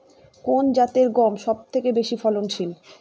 কোন জাতের গম সবথেকে বেশি ফলনশীল?